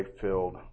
filled